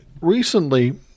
recently